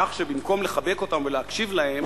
כך שבמקום לחבק אותם ולהקשיב להם"